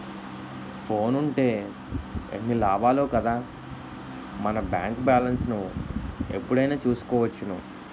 ఫోనుంటే ఎన్ని లాభాలో కదా మన బేంకు బాలెస్ను ఎప్పుడైనా చూసుకోవచ్చును